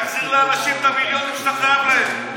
תחזיר לאנשים את המיליונים שאתה חייב להם,